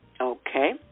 okay